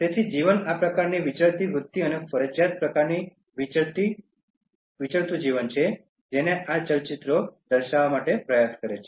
તેથી જીવન આ પ્રકારની વિચરતી વૃત્તિ અને ફરજિયાત પ્રકારની વિચરતી જીવન છે જેને આ ચલચિત્રો દર્શાવવા પ્રયાસ કરે છે